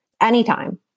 anytime